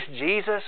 Jesus